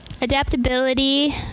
Adaptability